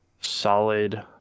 solid